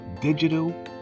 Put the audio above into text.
digital